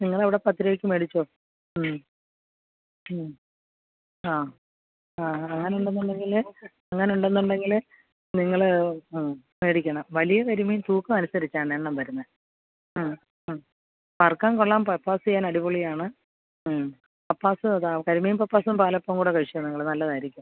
നിങ്ങൾ അവിടെ പത്ത് രൂപയ്ക്ക് മേടിച്ചോ ആ അങ്ങനെ എന്നുണ്ടെങ്കിൽ അങ്ങനെ ഉണ്ടെന്ന് ഉണ്ടെങ്കിൽ നിങ്ങൾ ആ മേടിക്കണം വലിയ കരിമീൻ തൂക്കം അനുസരിച്ചാണ് എണ്ണം വരുന്ന ആ ആ വറക്കാൻ കൊള്ളാം പപ്പാസ് ചെയ്യാൻ അടിപൊളിയാണ് ഉം പപ്പാസ് ദാ കരിമീൻ പപ്പാസും പാലപ്പം കൂടെ കഴിച്ചോ നിങ്ങൾ നല്ലതായിരിക്കും